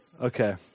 Okay